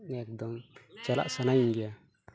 ᱮᱠᱫᱚᱢ ᱪᱟᱞᱟᱜ ᱥᱟᱱᱟᱭᱤᱧ ᱜᱮᱭᱟ